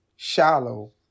Shallow